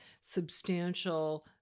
substantial